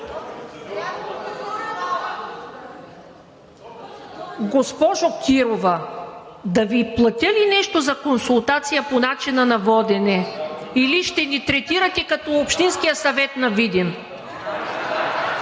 Госпожо Кирова, да Ви платя ли нещо за консултация по начина на водене, или ще ни третирате като Общинския съвет на Видин?